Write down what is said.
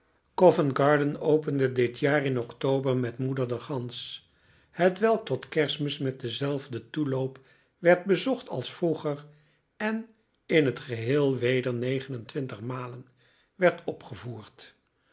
covent-garden opende dit jaar in october met moeder de gans hetwelk tot kerstmis met denzelfden toeloop werd bezocht als vroeger en in het geheel weder negen en twintigmaal werd opgevoerd